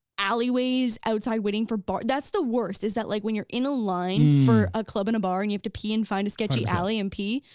alleyways outside, waiting for bar, that's the worst is that like when you're in a line for a club and a bar and you have to pee, and find a sketchy alley and pee,